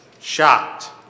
shocked